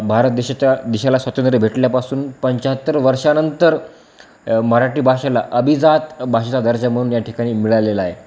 भारत देशाच्या देशाला स्वातंत्र्य भेटल्यापासून पंच्याहत्तर वर्षानंतर मराठी भाषेला अभिजात भाषेचा दर्जा म्हणून या ठिकाणी मिळालेला आहे